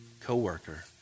Coworker